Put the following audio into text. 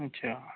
अच्छा